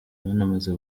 banamaze